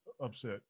upset